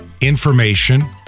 information